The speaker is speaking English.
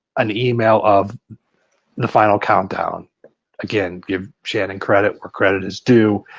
an email of the final countdown again, give shannon credit where credit is due.